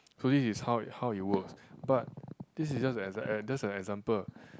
so this is how it how it works but this is just an exa~ just a example